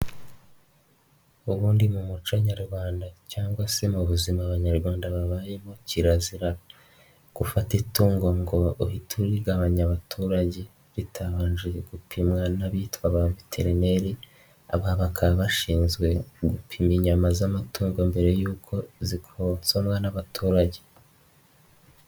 Ubundi mu muco nyarwanda cyangwa se mu buzima abanyarwanda babayemo kirazira gufata itungo ngo uhite urigabanya abaturage ritabanje gupimwa n'abitwa baviterineri, aba bakaba bashinzwe gupima inyama z'amatungo mbere y'uko zikonsomwa n'abaturage.